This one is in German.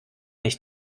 ich